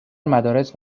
مدارس